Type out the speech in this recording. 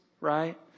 right